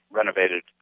renovated